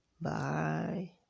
bye